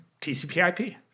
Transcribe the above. TCPIP